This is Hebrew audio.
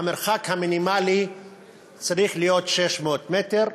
המרחק המינימלי צריך להיות 600 מטר.